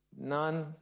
None